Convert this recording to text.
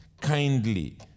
kindly